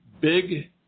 big